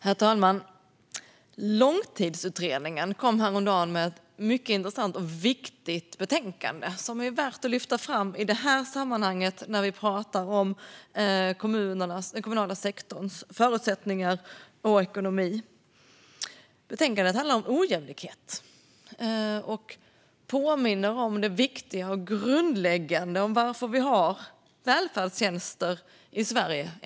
Herr talman! Långtidsutredningen kom häromdagen med ett mycket intressant och viktigt betänkande som är värt att lyfta fram när vi talar om den kommunala sektorns förutsättningar och ekonomi. Betänkandet handlar om ojämlikhet och påminner om det viktiga och grundläggande i att vi har välfärdstjänster i Sverige.